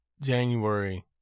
January